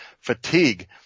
fatigue